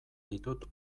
ditut